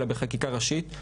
אלא בחקיקה ראשית.